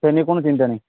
সে নিয়ে কোনো চিন্তা নেই